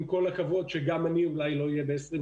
אומנם גם אני אולי לא אהיה ב-2050,